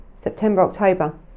September-October